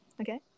Okay